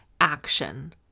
action